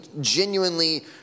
genuinely